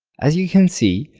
as you can see,